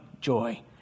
joy